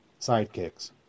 sidekicks